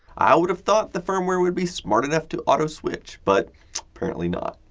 i would've thought the firmware would be smart enough to auto-switch, but apparantly not.